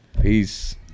Peace